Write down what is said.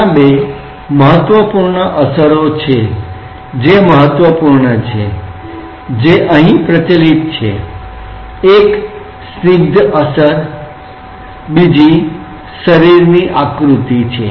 ત્યાં બે મહત્વપૂર્ણ અસરો છે જે અગત્યની છે જે અહીં પ્રચલિત છે એક સ્નિગ્ધ અસર છે બીજી બોડી ની આકૃતિ છે